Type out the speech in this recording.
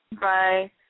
Bye